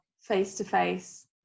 face-to-face